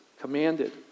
commanded